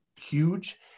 huge